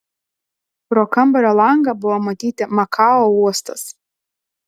pro kambario langą buvo matyti makao uostas